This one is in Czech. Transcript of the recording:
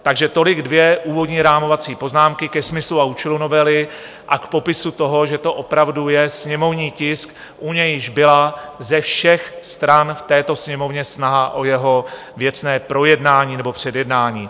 Takže tolik dvě úvodní rámovací poznámky ke smyslu a účelu novely a k popisu toho, že to opravdu je sněmovní tisk, u nějž byla ze všech stran v této sněmovně snaha o jeho věcné projednání nebo předjednání.